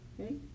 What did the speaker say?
okay